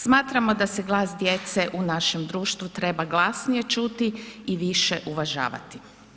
Smatramo da se glas djece u našem društvu treba glasnije čuti i više uvažavati.